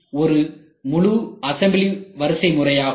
இதுவே ஒரு முழுஅசம்பிளி வரிசை முறையாகும்